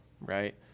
right